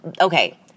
okay